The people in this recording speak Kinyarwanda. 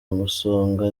umusonga